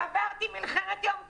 עברתי מלחמת יום כיפור,